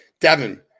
Devin